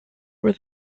were